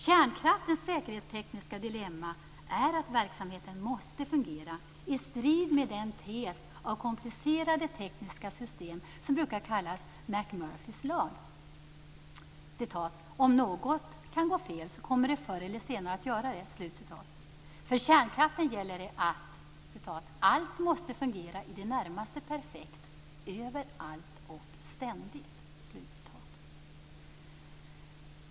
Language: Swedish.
Kärnkraftens säkerhetstekniska dilemma är att verksamheten måste fungera i strid med den tes av komplicerade tekniska system som brukar kallas Jack Murphys lag: "Om något kan gå fel kommer det förr eller senare att göra det". För kärnkraften gäller "att allt måste fungera i det närmaste perfekt överallt och ständigt".